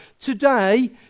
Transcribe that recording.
Today